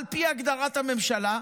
על פי הגדרת הממשלה.